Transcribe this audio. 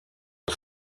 das